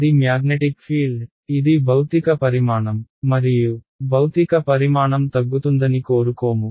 అది magnetic field ఇది భౌతిక పరిమాణం మరియు భౌతిక పరిమాణం తగ్గుతుందని కోరుకోము